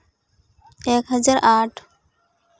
ᱮᱠ ᱦᱟᱡᱟᱨ ᱟᱴ